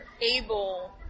able